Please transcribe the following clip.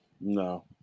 No